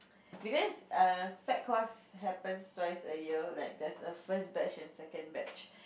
because err spec course happens twice a year like there's a first batch and second batch